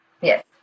Yes